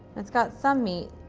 it's got some meat,